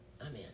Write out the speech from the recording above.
Amen